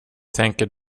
tänker